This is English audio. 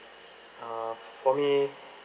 uh for me